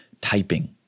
typing